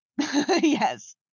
Yes